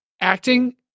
acting